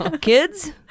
Kids